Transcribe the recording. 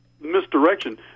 misdirection